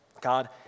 God